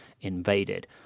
invaded